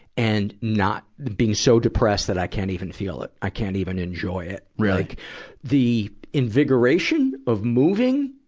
and not being so depressed that i can't even feel it. i can't even enjoy it. really? like the invigoration of moving,